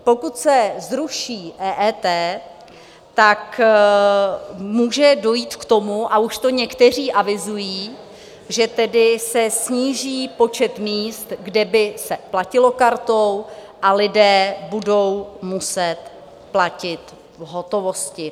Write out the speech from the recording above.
Pokud se zruší EET, tak může dojít k tomu, a už to někteří avizují, že tedy se sníží počet míst, kde by se platilo kartou, a lidé budou muset platit v hotovosti.